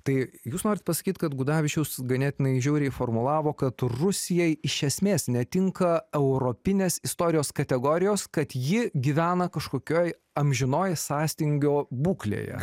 tai jūs norit pasakyti kad gudavičius ganėtinai žiauriai formulavo kad rusijai iš esmės netinka europinės istorijos kategorijos kad ji gyvena kažkokioj amžinoj sąstingio būklėje